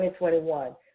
2021